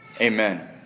Amen